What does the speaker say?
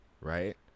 right